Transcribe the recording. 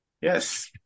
Yes